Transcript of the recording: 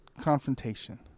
confrontation